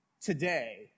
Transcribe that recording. today